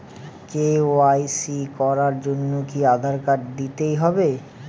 KYC করার জন্য কি আধার কার্ড দিতেই হবে?